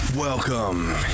Welcome